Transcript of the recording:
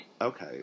okay